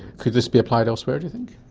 could this be applied elsewhere, do you think?